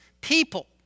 people